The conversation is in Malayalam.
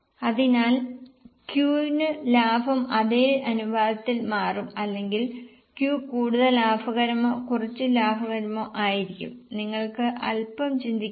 അതിനാൽ Q യ്ക്കും ലാഭം അതേ അനുപാതത്തിൽ മാറും അല്ലെങ്കിൽ Q കൂടുതൽ ലാഭകരമോ കുറച്ചു ലാഭകരമോ ആയിരിക്കും നിങ്ങൾക്ക് അൽപ്പം ചിന്തിക്കാമോ